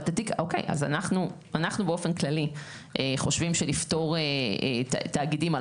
אז אנחנו באופן כללי חושבים שלפטור תאגידים על